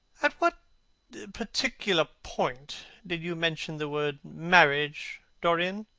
at what particular point did you mention the word marriage, dorian?